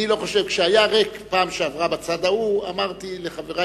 כשהיה בפעם שעברה ריק בצד ההוא אמרתי לחברי